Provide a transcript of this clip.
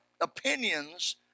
opinions